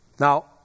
Now